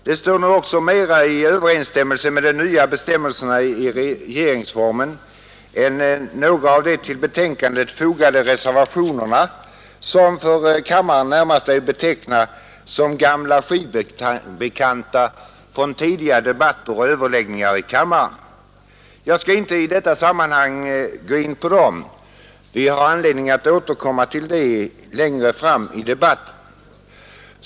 Det står nu också bättre i överensstämmelse med bestämmelserna i regeringsformen än några av de vid betänkandet fogade reservationerna, som för kammaren närmast är att beteckna som gamla skivbekanta från tidigare debatter och överläggningar i kammaren. Jag skall inte i detta sammanhang gå in på dem. Vi har anledning att återkomma till dem längre fram i debatten.